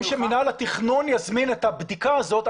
שמינהל התכנון יזמין את הבדיקה הזאת,